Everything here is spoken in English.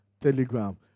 Telegram